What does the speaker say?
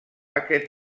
aquest